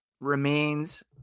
remains